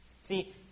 See